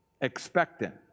expectant